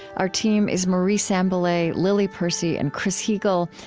our team is marie sambilay, lily percy, and chris heagle,